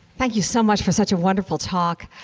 thank you so much for such a wonderful talk.